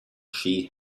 she